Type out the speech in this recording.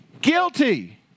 guilty